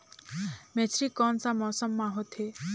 मेझरी कोन सा मौसम मां होथे?